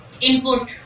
Input